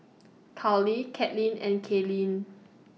Carlee Katlynn and Kaylyn